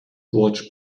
wort